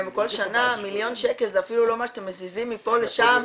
כל שנה מיליון שקל זה אפילו לא מה שאתם מזיזים מפה לשם,